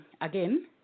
again